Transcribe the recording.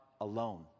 alone